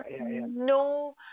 no